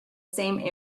same